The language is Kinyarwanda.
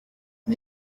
com